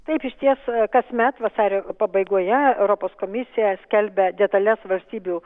taip išties kasmet vasario pabaigoje europos komisija skelbia detalias valstybių